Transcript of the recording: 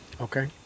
Okay